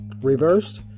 Reversed